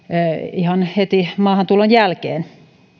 ihan heti maahantulon jälkeen